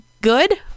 good